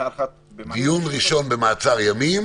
דיון ראשון במעצר ימים